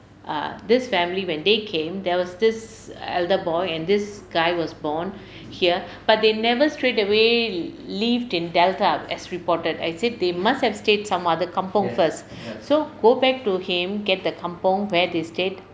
err this family when they came there was this elder boy and this guy was born here but they never straight away lived in delta as reported I said they must have stayed some other kampung first so go back to him get the kampung where they stayed